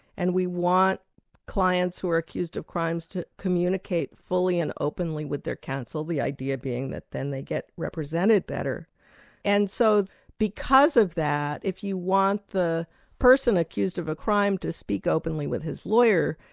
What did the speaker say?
and we want clients who are accused of crimes, to communicate fully and openly with their counsel, the idea being that then they get represented better and so because of that, if you want the person accused of a crime to speak openly with his lawyer,